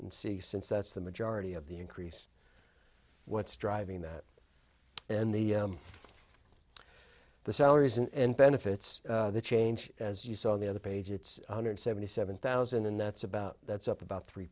and see since that's the majority of the increase what's driving that and the the salaries and benefits the change as you saw on the other page it's one hundred seventy seven thousand and that's about that's up about three